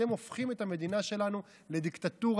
אתם הופכים את המדינה שלנו לדיקטטורה,